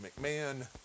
McMahon